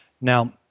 now